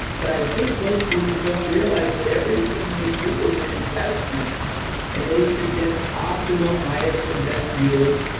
but i think most people don't realize that everything they do is an investment and they should get optimal highest and best yield.